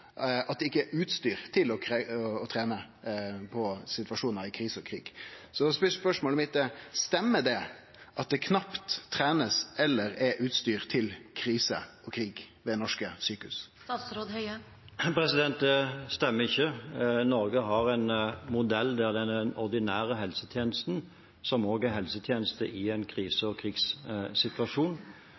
at det ikkje er utstyr til å trene på situasjonar i krise og krig. Spørsmålet mitt er: Stemmer det at det knapt vert trent eller er utstyr til krise og krig ved norske sjukehus? Det stemmer ikke. Norge har en modell der den ordinære helsetjenesten også er helsetjeneste i en krise- og krigssituasjon.